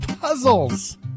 puzzles